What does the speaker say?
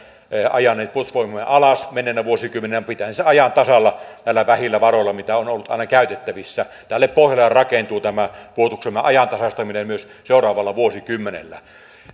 ajaneet puolustusvoimiamme alas menneinä vuosikymmeninä pitäen sen ajan tasalla näillä vähillä varoilla mitä on ollut aina käytettävissä tälle pohjalle rakentuu puolustuksemme ajantasaistaminen myös seuraavalla vuosikymmenellä